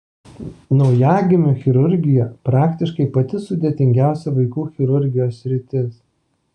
naujagimių chirurgija praktiškai pati sudėtingiausia vaikų chirurgijos sritis